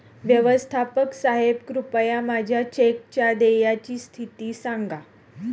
व्यवस्थापक साहेब कृपया माझ्या चेकच्या देयची स्थिती सांगा